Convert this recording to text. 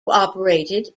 operated